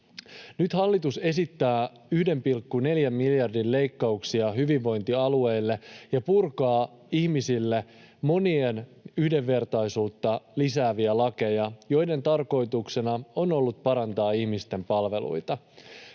Nyt hallitus esittää 1,4 miljardin leikkauksia hyvinvointialueille ja purkaa monia yhdenvertaisuutta lisääviä lakeja, joiden tarkoituksena on ollut parantaa ihmisten palveluita.